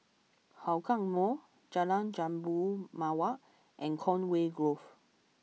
Hougang Mall Jalan Jambu Mawar and Conway Grove